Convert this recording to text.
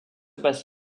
passe